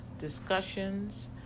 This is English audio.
discussions